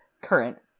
current